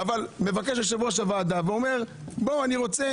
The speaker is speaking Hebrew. מבקש יושב-ראש הוועדה ואומר: אני רוצה